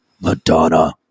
Madonna